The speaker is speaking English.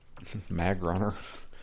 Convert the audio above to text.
Magrunner